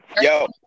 Yo